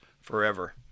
forever